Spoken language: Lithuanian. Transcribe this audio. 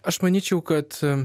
aš manyčiau kad